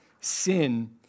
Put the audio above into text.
Sin